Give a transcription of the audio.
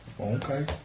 Okay